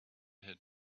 had